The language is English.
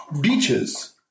beaches